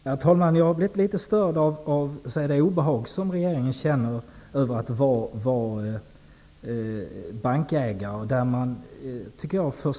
Herr talman! Jag har blivit litet störd av det obehag som regeringen känner över att staten är bankägare.